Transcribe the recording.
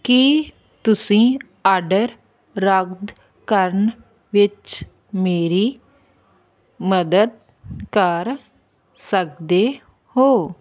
ਕੀ ਤੁਸੀਂ ਆਡਰ ਰੱਦ ਕਰਨ ਵਿੱਚ ਮੇਰੀ ਮਦਦ ਕਰ ਸਕਦੇ ਹੋ